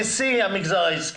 נשיא המגזר העסקי.